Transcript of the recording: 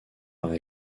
par